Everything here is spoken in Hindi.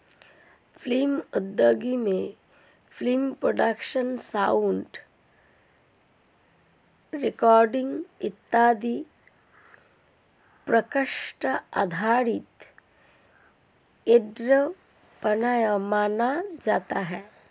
फिल्म उद्योगों में फिल्म प्रोडक्शन साउंड रिकॉर्डिंग इत्यादि प्रोजेक्ट आधारित एंटरप्रेन्योरशिप माना जाता है